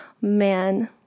man